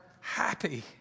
happy